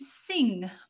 sing